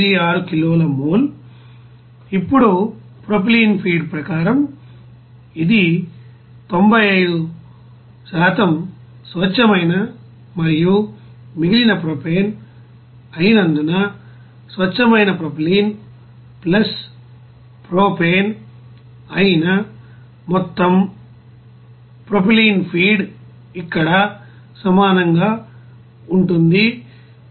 86 కిలోల మోల్ ఇప్పుడు propylene feed ప్రకారం ఇది 95 స్వచ్ఛమైన మరియు మిగిలిన ప్రొపేన్ అయినందున స్వచ్ఛమైన ప్రొపైలిన్ ప్రొపేన్ అయిన మొత్తం ప్రొపైలిన్ ఫీడ్ ఇక్కడ సమానంగా ఉంటుంది 186